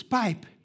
pipe